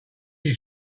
your